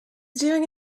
doing